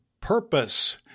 purpose